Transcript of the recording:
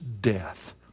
death